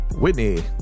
Whitney